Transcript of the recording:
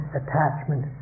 attachment